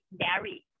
dairy